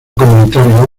comunitario